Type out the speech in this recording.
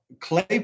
clay